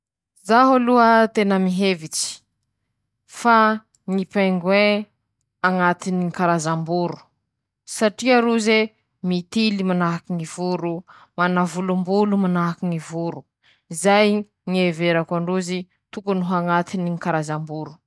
<...>Ireto abiiy ñy biby mampangaroharo olo: -Ñy voay. Ñ'antony: -Ñy fihetsikiny ñy voay maherihery noho ñy endriny tsy manam-paharoe, -Ñy vavany bevata, -Ñy renen-kiny bevata, -Ñy fandehany miada noho i mihina ñ'olo, -Manahaky anizay ñy taratila. Mety mampangaroharo ñ'olo ko'eie ñ'antony: -Ñy taolany bevata ,gny fihetsiny hafahafa ro manjavozavo<...>.